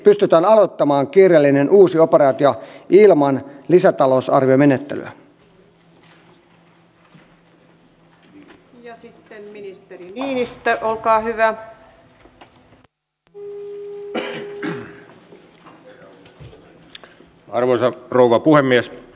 hallintovaliokunta toteaa lausunnossaan että suojelupoliisin toimintaympäristö on muuttunut ja sinne tarvitaan erilaisia panostuksia painotuksia